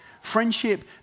friendship